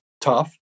tough